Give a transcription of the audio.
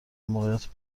موقعیت